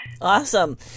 Awesome